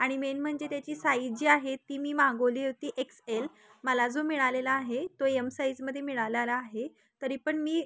आणि मेन म्हणजे त्याची साईज जी आहे ती मी मागवली होती एक्स एल मला जो मिळालेला आहे तो एम साइजमध्ये मिळालेला आहे तरी पण मी